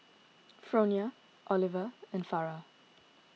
Fronia Oliver and Farrah